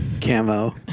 camo